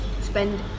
spend